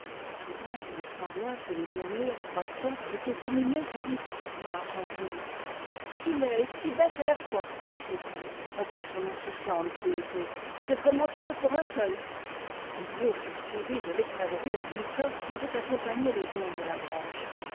soudain il me sembla que les murmures croissans étaient dominés par une petite voix argentine si laid et si bête à la fois disait-elle avec son insouciante cruauté c'est vraiment trop pour un seul ces mots furent suivis de l'éclat de rire mutin qui avait accompagné le don de la branche